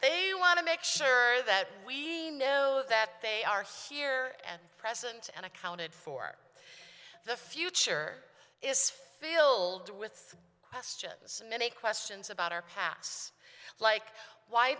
they want to make sure that we know that they are here at present and accounted for the future is filled with questions and many questions about our pass like why